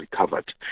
recovered